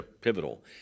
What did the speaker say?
pivotal